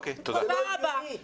תודה רבה.